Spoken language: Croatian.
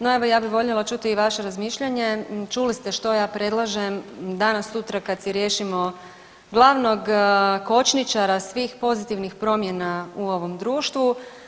No, evo ja bi voljela čuti i vaše razmišljanje, čuli ste što ja predlažem danas sutra kad se riješimo glavnog kočničara svih pozitivnih promjena u ovom društvu.